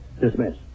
dismiss